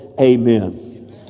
Amen